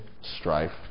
strife